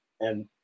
And-